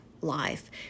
life